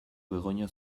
begoña